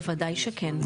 בוודאי שכן.